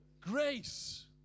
grace